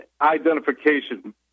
identification